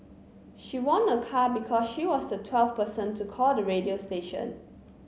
she won a car because she was the twelfth person to call the radio station